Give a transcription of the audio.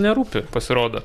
nerūpi pasirodo